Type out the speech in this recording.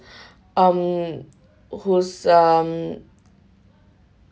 um who's um